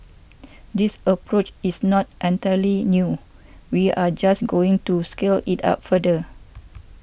this approach is not entirely new we are just going to scale it up further